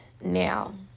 now